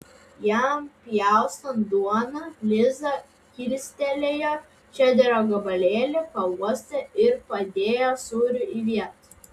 jam pjaustant duoną liza kilstelėjo čederio gabalėlį pauostė ir padėjo sūrį į vietą